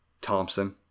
Thompson